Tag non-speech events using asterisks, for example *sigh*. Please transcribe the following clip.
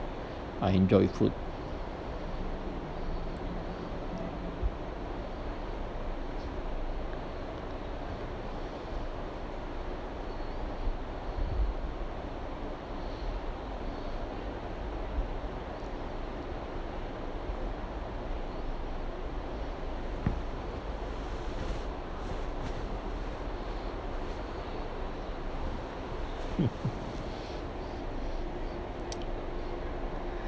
I enjoy food *laughs*